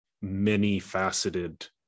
many-faceted